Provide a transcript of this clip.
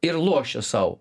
ir lošia sau